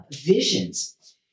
visions